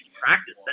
practice